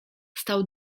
stał